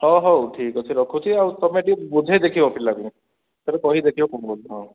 ହଉ ହଉ ଠିକ୍ ଅଛି ରଖୁଛି ଆଉ ତମେ ଟିକେ ବୁଝାଇ ଦେଖିବ ପିଲାକୁ ଥରେ କହି ଦେଖିବ ହଁ